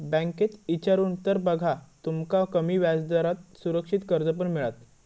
बँकेत इचारून तर बघा, तुमका कमी व्याजदरात सुरक्षित कर्ज पण मिळात